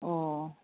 अ